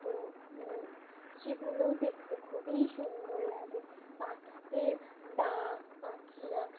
তো সেগুলোও দেখতে খুবই সুন্দর লাগে পাখিতে ডাক পাখিরা